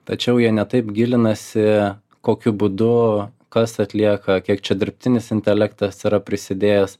tačiau jie ne taip gilinasi kokiu būdu kas atlieka kiek čia dirbtinis intelektas yra prisidėjęs